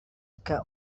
que